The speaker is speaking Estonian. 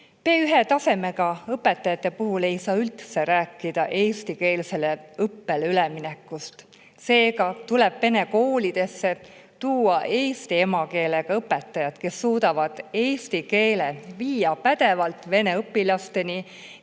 B1‑tasemega õpetajate puhul ei saa üldse rääkida eestikeelsele õppele üleminekust. Seega tuleb vene koolidesse tuua eesti emakeelega õpetajad, kes suudavad eesti keele viia pädevalt vene õpilasteni,